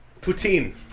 Poutine